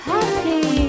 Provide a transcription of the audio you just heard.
Happy